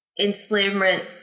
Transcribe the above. enslavement